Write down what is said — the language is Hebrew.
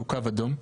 שהוא קו אדום?